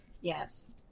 Yes